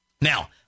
Now